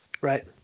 Right